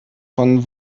von